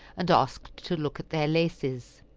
and asked to look at their laces.